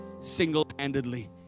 single-handedly